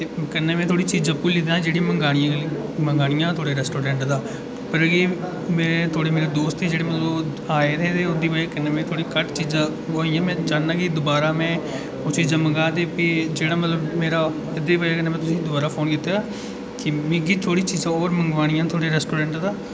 कन्नै में थोह्ड़ी चीजां भुल्ली गेदा हा जेह्ड़ी मंगानियां थुआढ़े रैस्टोरैंट दा ओह् ऐ के थोह्ड़े मेरे दोस्त जेह्ड़े मतलब ओह् आए उं'दी वजह् कन्नै में थोह्ड़ी घट्ट चीजां मंगाइयां में चाह्ना के दोबारा में ओह् चीजां मंगाऽ जेह्ड़े मतलब मेरा ओह्दी वजह् कन्नै में तुसें ई दोबारा फोन कीता मिगी थोह्ड़ी चीजां होर मंगानियां न थुआढ़े रैस्टोरैंट दा